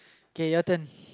okay your turn